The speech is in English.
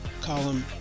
column